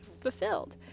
fulfilled